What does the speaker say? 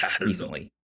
recently